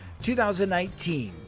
2019